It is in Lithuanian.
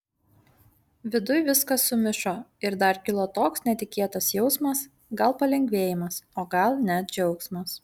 viduj viskas sumišo ir dar kilo toks netikėtas jausmas gal palengvėjimas o gal net džiaugsmas